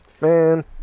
Man